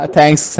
Thanks